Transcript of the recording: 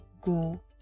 go